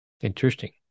interesting